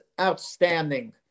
outstanding